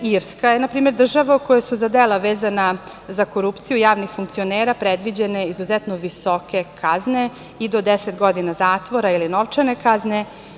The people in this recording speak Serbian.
Irska je npr. država u kojoj su za dela vezana za korupciju javnih funkcionera predviđene izuzetno visoke kazne i do 10 godina zatvora ili novčane kazne.